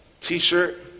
t-shirt